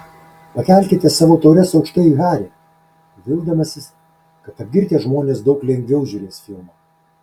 pakelkite savo taures aukštai į harį vildamasis kad apgirtę žmonės daug lengviau žiūrės filmą